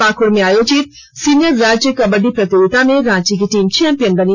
पाक्ड में आयोजित सीनियर राज्य कबड्डी प्रतियोगिता में रॉची की टीम चैंपियन बनी